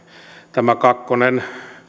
tämä kakkonen